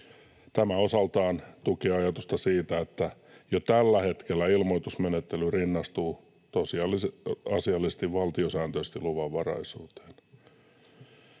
Tämä osaltaan tukee ajatusta siitä, että jo tällä hetkellä ilmoitusmenettely rinnastuu tosiasiallisesti valtiosääntöisesti luvanvaraisuuteen.”